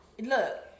Look